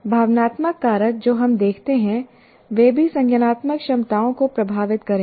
भावनात्मक कारक जो हम देखते हैं वे भी संज्ञानात्मक क्षमताओं को प्रभावित करेंगे